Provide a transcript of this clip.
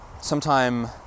sometime